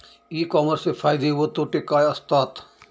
E कॉमर्सचे फायदे व तोटे काय असतात?